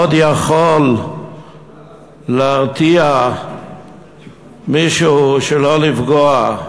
מה עוד יכול להרתיע מישהו שלא לפגוע?